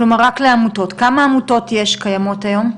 כמה עמותות יש היום?